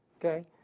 okay